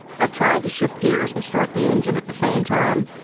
i tried to shift gears and start the engine at the same time,